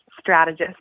strategist